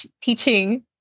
teaching